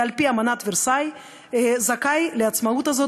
ועל-פי אמנת ורסאי זכאי לעצמאות הזאת